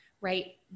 right